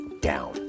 down